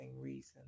reason